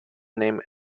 named